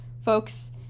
folks